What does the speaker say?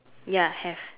ya have